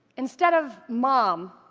instead of mom,